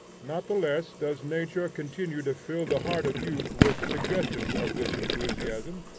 not the less does nature continue to fill the heart of youth with suggestions of this enthusiasm,